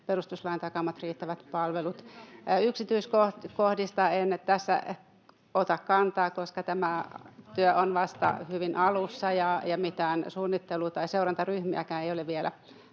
perustuslain takaamat riittävät palvelut. Yksityiskohtiin en tässä ota kantaa, koska tämä työ on vasta hyvin alussa ja mitään suunnittelu- tai seurantaryhmiäkään ei ole vielä